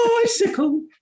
bicycle